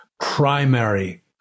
primary